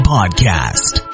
Podcast